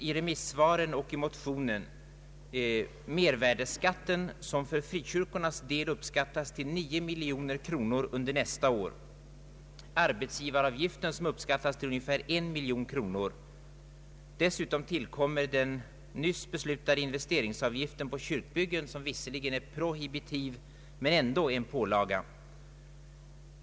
I remissvaren och i metionen nämns mervärdeskatten som för frikyrkornas del uppskattas till 9 miljoner kronor under nästa år och arbetsgivaravgiften som uppskattas till ungefär en miljon kronor. Dessutom tillkommer den nyss beslutade investeringsavgiften på kyrkbyggen, som visserligen är prohibitiv men ändå uppfattas som en pålaga.